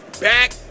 Back